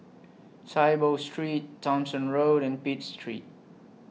Saiboo Street Thomson Road and Pitt Street